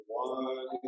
one